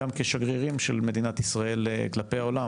גם כשגרירים של מדינת ישראל כלפי העולם,